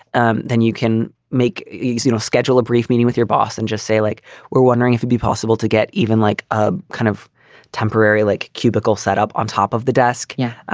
ah then you can make, you know, schedule a brief meeting with your boss and just say like we're wondering if you'd be possible to get even like a kind of temporary, like, cubicle setup on top of the desk. yeah,